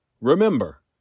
Remember